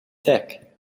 thick